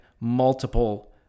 multiple